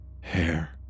hair